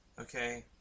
Okay